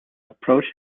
approach